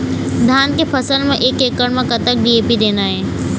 धान के फसल म एक एकड़ म कतक डी.ए.पी देना ये?